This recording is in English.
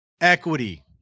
Equity